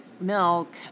milk